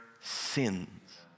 sins